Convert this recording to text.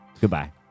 Goodbye